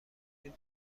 بود